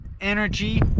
energy